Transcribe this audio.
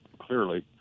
clearly